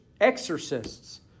exorcists